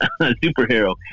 superhero